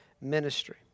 ministry